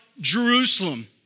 Jerusalem